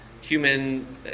human